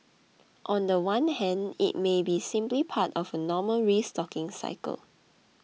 on the one hand it may be simply part of a normal restocking cycle